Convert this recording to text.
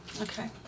Okay